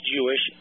Jewish